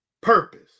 purpose